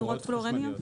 נורות פלואורניות.